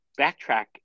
backtrack